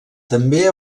també